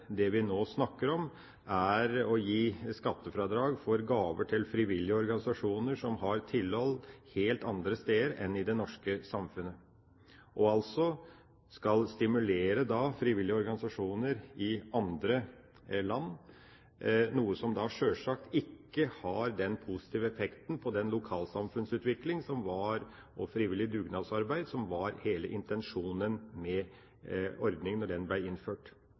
det vi nå snakker om, er å gi skattefradrag for gaver til frivillige organisasjoner som har tilhold helt andre steder enn i det norske samfunnet og som skal stimulere frivillige organisasjoner i andre land, noe som sjølsagt ikke har den positive effekten på lokalsamfunnsutvikling og frivillig dugnadsarbeid som var hele intensjonen med ordninga da den ble innført.